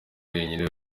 wenyine